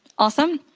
awesome?